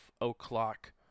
O'Clock